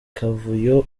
kavuyo